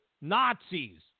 Nazis